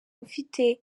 ufite